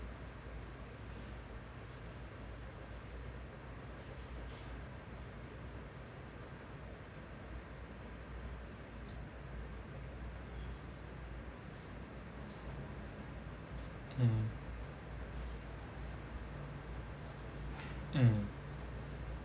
mm mm